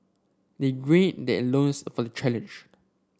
they gird their loins for challenge